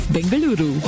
Bengaluru